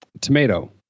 tomato